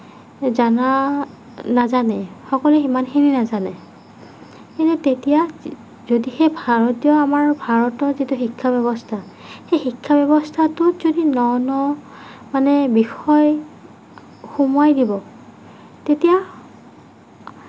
জনা নাজানে সকলোৱে সিমানখিনি নাজানে সেই তেতিয়া যদিহে ভাৰতীয় আমাৰ ভাৰতৰ যিটো শিক্ষা ব্যৱস্থা সেই শিক্ষা ব্যৱস্থাটোত যদি ন ন মানে বিষয় সোমোৱাই দিব তেতিয়া